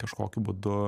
kažkokiu būdu